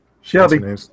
Shelby